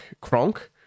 Kronk